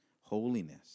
holiness